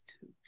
two